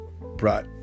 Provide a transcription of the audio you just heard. brought